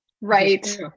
Right